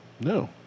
No